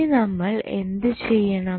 ഇനി നമ്മൾ എന്ത് ചെയ്യണം